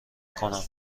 کنم